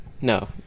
no